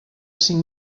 cinc